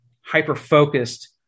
hyper-focused